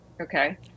Okay